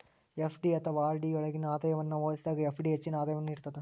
FD ಅಥವಾ RD ಯೊಳ್ಗಿನ ಆದಾಯವನ್ನ ಹೋಲಿಸಿದಾಗ ಎಫ್.ಡಿ ಹೆಚ್ಚಿನ ಆದಾಯವನ್ನು ನೇಡ್ತದ